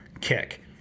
kick